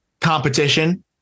competition